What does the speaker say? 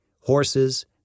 horses